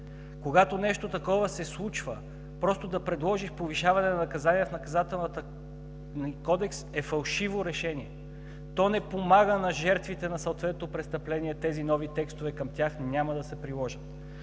когато нещо такова се случва и просто да предложи повишаване на наказанията в Наказателния кодекс, е фалшиво решение. То не помага на жертвите на съответното престъпление. Тези нови текстове към тях няма да се приложат.